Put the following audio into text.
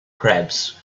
crabs